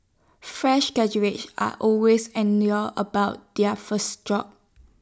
fresh graduates are always about their first job